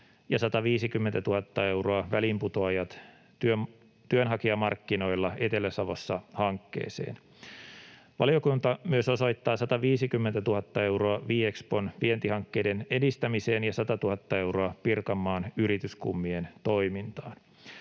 ja 150 000 euroa Väliinputoajat työnhakijamarkkinoilla Etelä-Savossa ‑hankkeeseen. Valiokunta osoittaa 150 000 euroa myös Viexpon vientihankkeiden edistämiseen ja 100 000 euroa Pirkanmaan Yrityskummien toimintaan.